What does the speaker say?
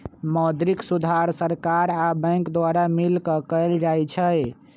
मौद्रिक सुधार सरकार आ बैंक द्वारा मिलकऽ कएल जाइ छइ